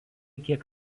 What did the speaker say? kiek